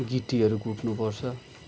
गिट्टीहरू कुट्नुपर्छ